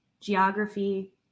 Geography